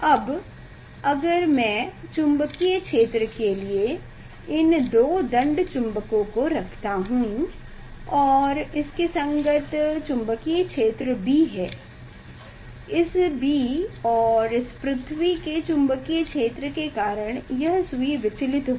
अब अगर मैं चुंबकीय क्षेत्र के लिए इन दो दंड चुम्बकों को रखता हूं और इसके संगत चुम्बकीय क्षेत्र B है इस B और इस पृथ्वी के चुंबकीय क्षेत्र के कारण यह सुई विचलित होगी